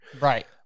Right